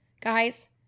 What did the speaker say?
Guys